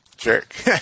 jerk